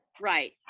right